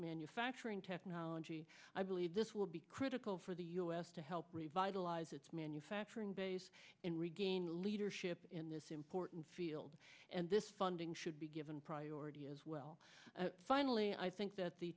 manufacturing technology i believe this will be critical for the u s to help revitalize its manufacturing base and regain leadership in this important field and this funding should be given priority as well finally i think that the